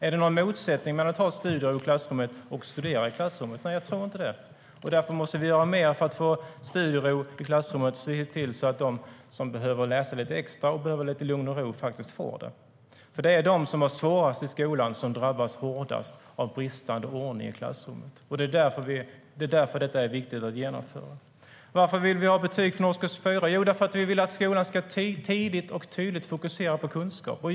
Är det någon motsättning mellan att ha studiero i klassrummet och studera i klassrummet? Jag tror inte det, och därför måste vi göra mer för att få studiero i klassrummet och se till att de som behöver läsa lite extra och behöver lite lugn och ro faktiskt får det. Det är ju de som har det svårast i skolan som drabbas hårdast av bristande ordning i klassrummet, och det är därför detta är viktigt att genomföra. Varför vill vi ha betyg från årskurs 4? Jo, vi vill att skolan tidigt och tydligt ska fokusera på kunskap.